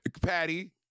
Patty